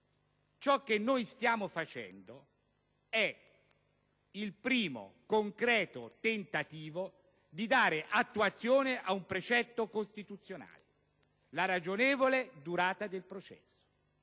ciò che noi stiamo facendo è il primo concreto tentativo di dare attuazione ad un precetto costituzionale: la ragionevole durata del processo.